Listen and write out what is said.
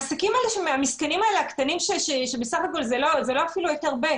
העסקים הקטנים המסכנים שזה אפילו לא היתר ב',